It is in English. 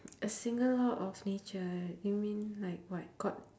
a single law of nature you mean like what god